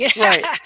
Right